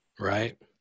right